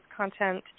content